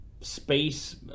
space